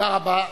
תודה רבה.